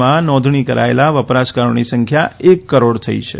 માં નોધણી કરાયેલા વપરાશકારોની સંખ્યા એક કરોડ થઇ છે